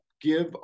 give